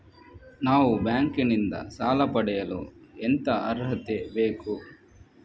ನಾವು ಬ್ಯಾಂಕ್ ನಿಂದ ಸಾಲ ಪಡೆಯಲು ಎಂತ ಅರ್ಹತೆ ಬೇಕು?